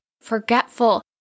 forgetful